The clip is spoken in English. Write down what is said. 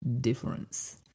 difference